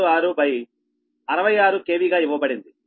6666 KV గా ఇవ్వబడింది